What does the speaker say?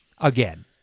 Again